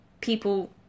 people